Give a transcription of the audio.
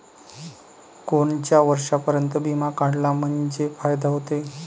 कोनच्या वर्षापर्यंत बिमा काढला म्हंजे फायदा व्हते?